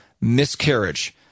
miscarriage